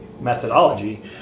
methodology